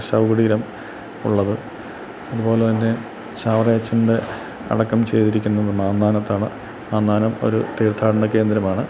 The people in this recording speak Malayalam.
ശവകുടീരം ഉള്ളത് അതുപോലെ തന്നെ ചാവറയച്ചൻ്റെ അടക്കം ചെയ്തിരിക്കുന്നത് നാന്താനത്താണ് നാന്താനം ഒരു തീർത്ഥാടന കേന്ദ്രമാണ്